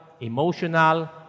emotional